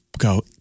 go